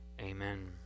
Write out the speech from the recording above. Amen